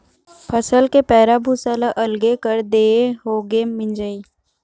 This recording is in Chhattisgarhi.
फसल के पैरा भूसा ल अलगे कर देए होगे मिंजई